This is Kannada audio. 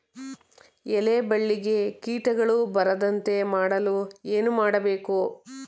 ಎಲೆ ಬಳ್ಳಿಗೆ ಕೀಟಗಳು ಬರದಂತೆ ಮಾಡಲು ಏನು ಮಾಡಬೇಕು?